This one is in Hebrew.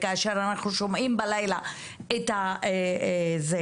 כאשר אנחנו שומעים בלילה את זה.